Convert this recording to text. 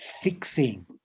fixing